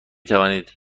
توانید